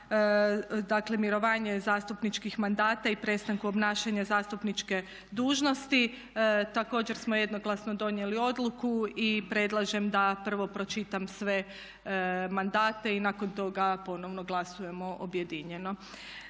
dakle mirovanje zastupničkih mandata i prestanku obnašanju zastupničke dužnosti. Također smo jednoglasno donijeli odluku i predlažem da prvo pročitam sve mandate i nakon toga ponovno glasujemo objedinjeno.